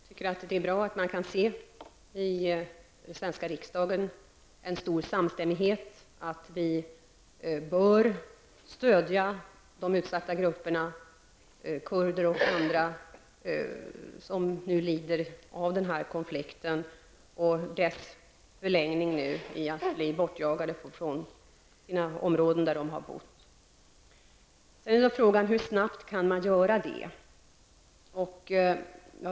Fru talman! Det är bra att man i den svenska riksdagen kan se en stor samstämmighet om att vi bör stödja de utsatta grupperna, kurder och andra, som nu lider av den här konflikten och i dess förlängning av att bli bortjagade från de områden där de har bott. Sedan är då frågan hur snabbt man kan ge detta stöd.